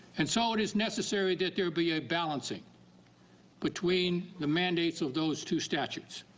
and so it is necessary that there be a balancing between the mandates of those two statutes.